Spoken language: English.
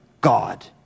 God